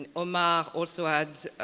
and omar also had